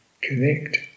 connect